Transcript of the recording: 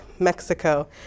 Mexico